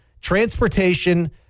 transportation